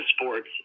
sports